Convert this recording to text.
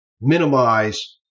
minimize